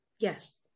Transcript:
Yes